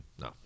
No